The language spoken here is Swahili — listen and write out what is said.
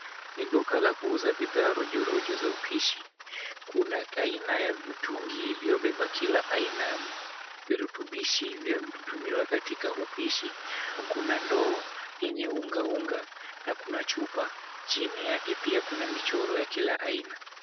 Ni duka la kuuza bidhaa rojorojo za upishi, kuna aina ya mitungi iliyobeba kila aina ya virutubishi vya kutumiwa katika upishi, kuna ndoo yenye unga unga na kuna chupa, chini yake pia kuna michoro ya kila aina.